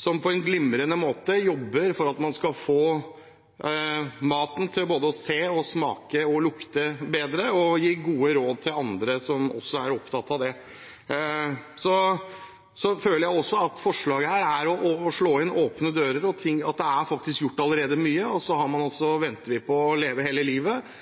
som på en glimrende måte jobber for at man skal få maten til å se ut, smake og lukte bedre og gi gode råd til andre som også er opptatt av det. Så føler jeg at forslaget her er å slå inn åpne dører, og at det faktisk er gjort mye allerede. Vi venter på meldingen Leve hele livet, hvor jeg også vet at ernæring, mat og matglede kommer til å